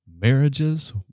marriages